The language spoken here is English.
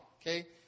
Okay